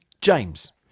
james